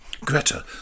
Greta